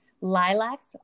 lilacs